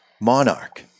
Monarch